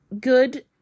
good